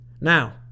now